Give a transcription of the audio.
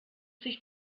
sich